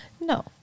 No